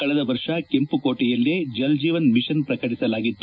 ಕಳೆದ ವರ್ಷ ಕೆಂಪುಕೋಟೆಯಲ್ಲೇ ಜಲ್ ಜೀವನ್ ಮಿಷನ್ ಪ್ರಕಟಿಸಲಾಗಿತ್ತು